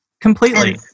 completely